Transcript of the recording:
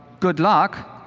good luck,